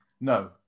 No